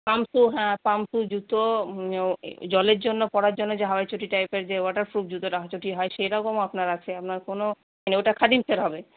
pump shoe হ্যাঁ pump shoe জুতো জলের জন্য পরার জন্য যে হাওয়াই চটি টাইপের যে ওয়াটারপ্রুফ জুতো চটি হয় সেরকমও আপনার আছে আপনার কোনও মানে ওটা খাদিমসের হবে